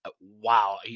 Wow